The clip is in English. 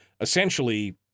essentially